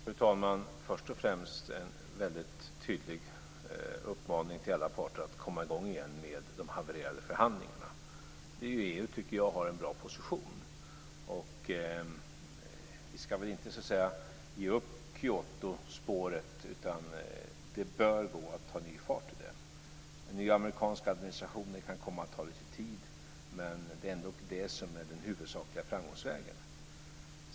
Fru talman! Först och främst en väldigt tydlig uppmaning till alla parter att komma i gång igen med de havererade förhandlingarna, där ju EU, tycker jag, har en bra position. Vi ska väl inte ge upp Kyotospåret, utan det bör gå att ta ny fart i det. Den nya amerikanska administrationen kan komma att ta lite tid, men det är ändock det som är den huvudsakliga framgångsvägen.